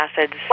acids